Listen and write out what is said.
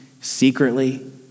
secretly